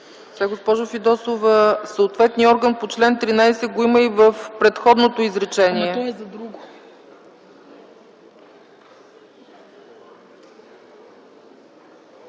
Госпожо Фидосова, „съответният орган по чл. 13” го има и в предходното изречение.